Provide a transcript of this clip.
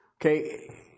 Okay